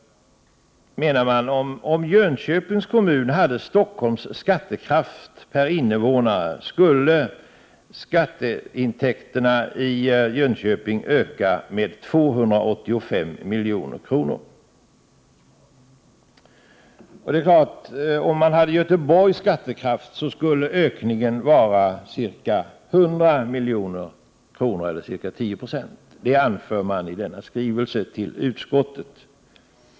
Man säger: Om Jönköpings kommun hade samma skattekraft som Stockholm per invånare skulle vår skatteintäkt öka med ca 285 milj.kr. per år. Om vi hade Göteborgs skattekraft skulle ökningen vara ca 100 milj.kr. eller ca 10 20. Detta anför man i skrivelsen till utskottet.